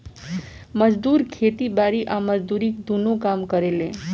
मजदूर खेती बारी आ मजदूरी दुनो काम करेले